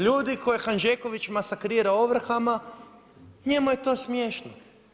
Ljudi koje Hanžeković masakrira ovrhama njemu je to smiješno.